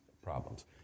problems